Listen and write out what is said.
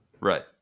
Right